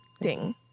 Ding